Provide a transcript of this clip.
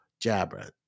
Jabra